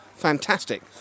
fantastic